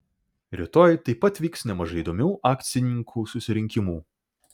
rytoj taip pat vyks nemažai įdomių akcininkų susirinkimų